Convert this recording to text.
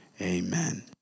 Amen